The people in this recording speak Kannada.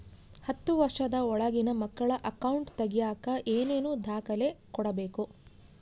ಹತ್ತುವಷ೯ದ ಒಳಗಿನ ಮಕ್ಕಳ ಅಕೌಂಟ್ ತಗಿಯಾಕ ಏನೇನು ದಾಖಲೆ ಕೊಡಬೇಕು?